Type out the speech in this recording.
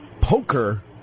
poker